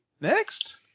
next